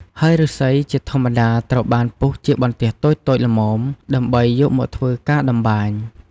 ហើយឫស្សីជាធម្មតាត្រូវបានពុះជាបន្ទះតូចៗល្មម ដើម្បីយកមកធ្វើការត្បាញ។